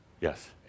Yes